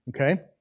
Okay